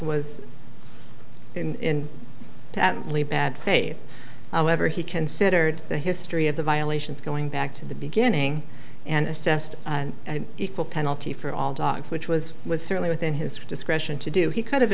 was in bad faith however he considered the history of the violations going back to the beginning and assessed equal penalty for all dogs which was was certainly within his discretion to do he could